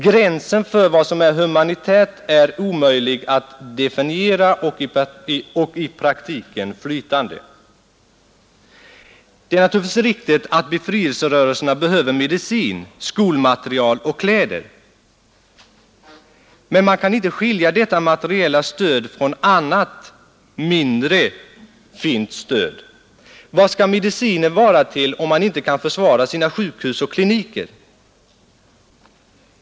Gränsen för vad som är humanitärt är omöjlig att definiera och i praktiken flytande. Det är riktigt att befrielserörelserna behöver medicin, skolmateriel och kläder. Men man kan inte skilja detta materiella stöd från annat, mindre fint stöd. Vad skall medicinen vara till om man inte kan försvara sina sjukhus och kliniker?